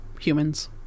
humans